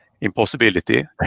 impossibility